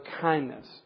kindness